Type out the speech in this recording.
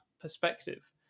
perspective